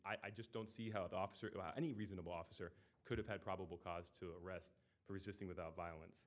and i just don't see how the officer any reasonable officer could have had probable cause to arrest resisting without violence